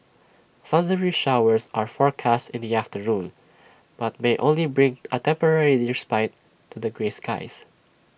thundery showers are forecast in the afternoon but may only bring A temporary respite to the grey skies